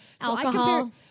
alcohol